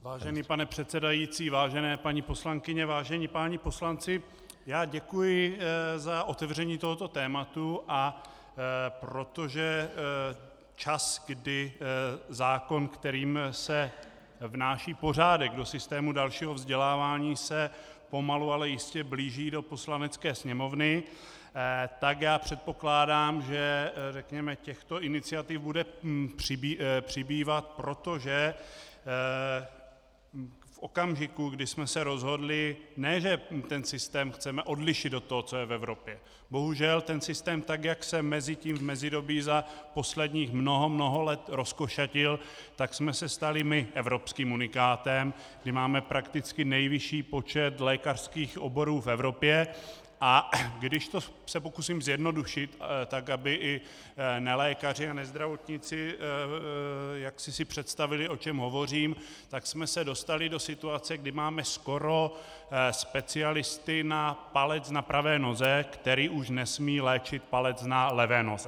Vážený pane předsedající, vážené paní poslankyně, vážení páni poslanci, děkuji za otevření tohoto tématu, a protože čas, kdy zákon, kterým se vnáší pořádek do systému dalšího vzdělávání, se pomalu, ale jistě blíží do Poslanecké sněmovny, tak já předpokládám, že řekněme těchto iniciativ bude přibývat, protože v okamžiku, kdy jsme se rozhodli, ne že ten systém chceme odlišit od toho, co je v Evropě bohužel ten systém tak, jak se mezitím, v mezidobí za posledních mnoho, mnoho let rozkošatěl, tak jsme se stali my evropským unikátem, kdy máme prakticky nejvyšší počet lékařských oborů v Evropě, a když se to pokusím zjednodušit tak, aby i nelékaři a nezdravotníci jaksi si představili, o čem hovořím, tak jsme se dostali do situace, kdy máme skoro specialisty na palec na pravé noze, kteří už nesmí léčit palec na levé noze.